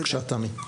בבקשה, תמי.